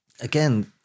again